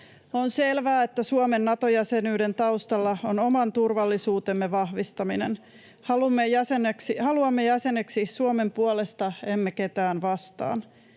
On selvää, että Suomen Nato-jäsenyyden taustalla on oman turvallisuutemme vahvistaminen. Haluamme jäseneksi Suomen puolesta, emme ketään vastaan.